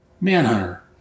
Manhunter